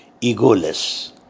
egoless